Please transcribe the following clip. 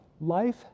life